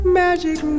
magic